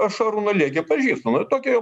aš šarūną liekį pažįstu nu tokia jo